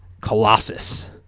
Colossus